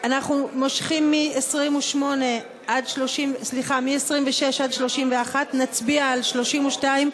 ב-269 אנחנו מושכים מ-26 עד 31. נצביע על 32,